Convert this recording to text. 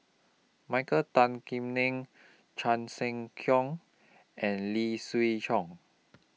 Michael Tan Kim Nei Chan Sek Keong and Lee Siew Choh